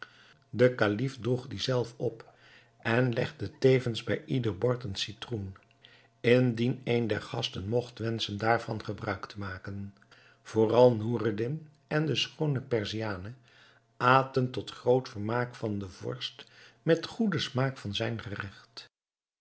de kalif droeg dien zelf op en legde tevens bij ieder bord een citroen indien een der gasten mogt wenschen daarvan gebruik te maken vooral noureddin en de schoone perziane aten tot groot vermaak van den vorst met goeden smaak van zijn